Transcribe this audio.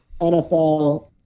NFL